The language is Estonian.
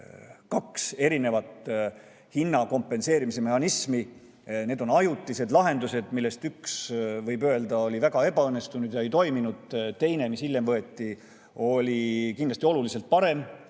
kaks erinevat hinna kompenseerimise mehhanismi on ajutised lahendused, millest üks, võib öelda, oli väga ebaõnnestunud ja ei toiminud. Teine, mis hiljem [vastu] võeti, oli kindlasti oluliselt parem